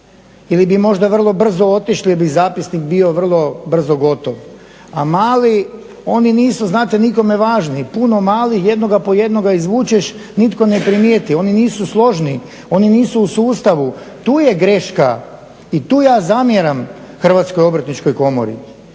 ili bi možda vrlo brzo otišli jer bi zapisnik bio vrlo brzo gotov, a mali oni nisu, znate nikome važni. Puno malih, jednoga po jednoga izvučeš, nitko ne primijeti. Oni nisu složni, oni nisu u sustavu. Tu je greška i tu ja zamjeram Hrvatskog obrtničkoj komori.